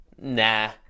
Nah